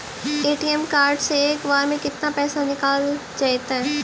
ATM card से एक बार में केतना पैसा निकल जइतै?